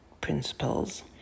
principles